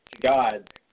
God